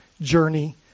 journey